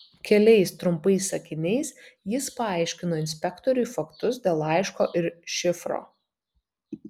keliais trumpais sakiniais jis paaiškino inspektoriui faktus dėl laiško ir šifro